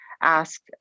ask